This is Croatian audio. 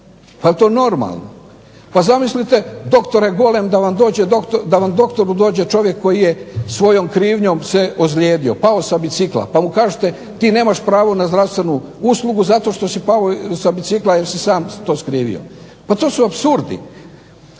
Pa je li to normalno? Pa zamislite doktore Golem da vam doktoru dođe čovjek koji je svojom krivnjom se ozlijedio, pao sa bicikla, pa mu kažete ti nemaš pravo na zdravstvenu uslugu zato što si pao sa bicikla jer si sam to skrivio. Pa to su apsurdi.